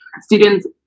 students